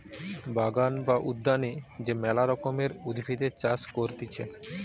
বাগান বা উদ্যানে যে মেলা রকমকার উদ্ভিদের চাষ করতিছে